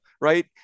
right